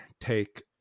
take